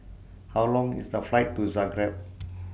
How Long IS The Flight to Zagreb